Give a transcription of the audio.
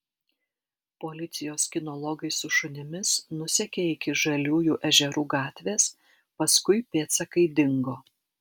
policijos kinologai su šunimis nusekė iki žaliųjų ežerų gatvės paskui pėdsakai dingo